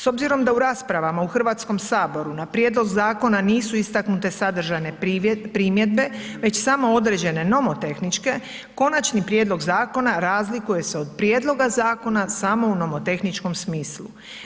S obzirom da u raspravama u Hrvatskom saboru na prijedlog zakona nisu istaknute sadržajne primjedbe već samo određene nomotehničke, konačni prijedlog zakona razlikuje se od prijedloga zakona samo u nomotehničkom smislu.